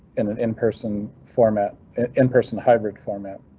in ah in person format in person. hybrid format.